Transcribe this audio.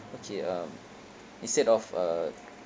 okay um instead of uh